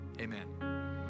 Amen